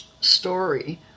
Story